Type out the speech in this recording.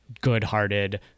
good-hearted